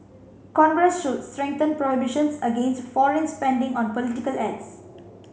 congress should strengthen prohibitions against foreign spending on political ads